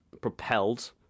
propelled